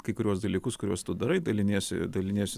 kai kuriuos dalykus kuriuos tu darai daliniesi daliniesi